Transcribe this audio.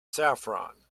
saffron